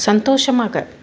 சந்தோஷமாக